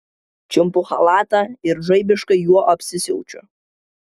čiumpu chalatą ir žaibiškai juo apsisiaučiu